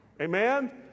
Amen